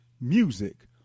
music